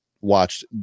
watched